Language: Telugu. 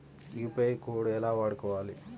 యూ.పీ.ఐ కోడ్ ఎలా వాడుకోవాలి?